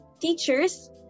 teachers